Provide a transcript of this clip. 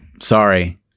sorry